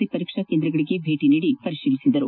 C ಪರೀಕ್ಷಾ ಕೇಂದ್ರಗಳಿಗೆ ಭೇಟಿ ನೀಡಿ ಪರಿತೀಲಿಸಿದರು